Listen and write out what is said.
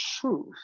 truth